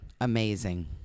amazing